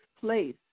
place